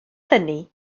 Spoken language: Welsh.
hynny